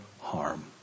harm